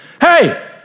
Hey